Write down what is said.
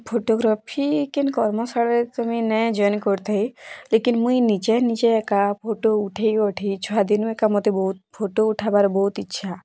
photography କେନ୍ କର୍ମଶାଳାରେ ତମେ ନାଏଁ ଜଏନ୍ କରିଥାଇ ଲେକିନ୍ ମୁଇଁ ନିଜେ ନିଜେ ଏକା ଫଟୋ ଉଠେଇ ଉଠେଇ ଛୁଆ ଦିନେ ଏକା ବହୁତ ଫଟୋ ଉଠାବାର ବହୁତ ଇଚ୍ଛା